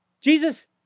Jesus